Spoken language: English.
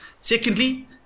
Secondly